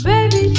Baby